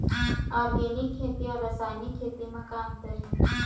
Organic खेती अउ रासायनिक खेती म का अंतर हे?